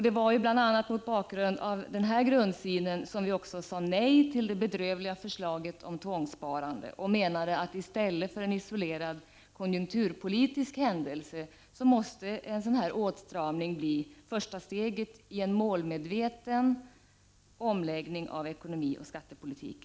Det var bl.a. mot bakgrund av denna grundsyn som vi sade nej till det bedrövliga förslaget om tvångssparande och menade att en sådan här åtstramning i stället för att vara en isolerad konjunkturpolitisk händelse måste bli första steget i en målmedveten omläggning av ekonomioch skattepolitik.